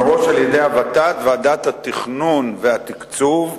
מראש על-ידי הות"ת, ועדת התכנון והתקצוב,